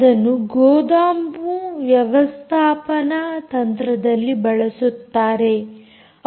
ಅದನ್ನು ಗೋದಾಮು ವ್ಯವಸ್ಥಾಪನಾ ತಂತ್ರದಲ್ಲಿ ಬಳಸುತ್ತಾರೆ